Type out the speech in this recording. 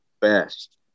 best